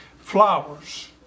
flowers